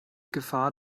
gefahr